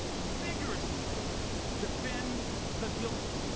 vigorously defend the guilty.